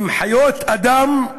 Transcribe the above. הם חיות אדם,